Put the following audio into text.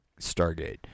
Stargate